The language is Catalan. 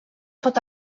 pot